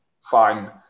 fine